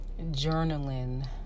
journaling